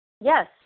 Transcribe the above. Yes